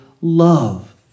love